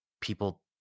people